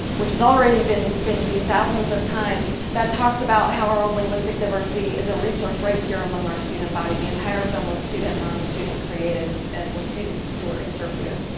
which has already been been viewed thousands of times. that talks about how our own linguistic diversity is a resource right here among our student body. the entire film was student run, student created, and with students who were interviewed.